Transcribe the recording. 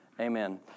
Amen